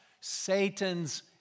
Satan's